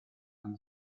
and